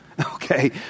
Okay